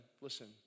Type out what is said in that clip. listen